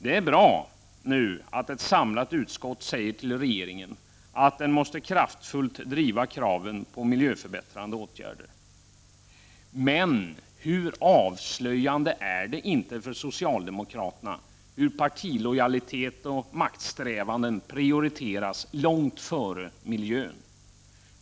Det är bra att ett samlat utskott nu säger till regeringen att denna kraftfullt måste driva kraven på miljöförbättrande åtgärder. Men hur avslöjande är det inte för socialdemokraterna när partilojalitet och maktsträvanden prioriteras långt mer än miljön?